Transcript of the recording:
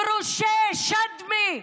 גרושי שדמי.